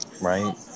right